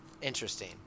Interesting